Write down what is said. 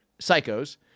psychos